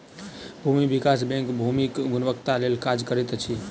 भूमि विकास बैंक भूमिक गुणवत्ताक लेल काज करैत अछि